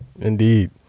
Indeed